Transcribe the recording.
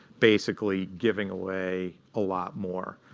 basically giving away a lot more.